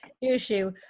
issue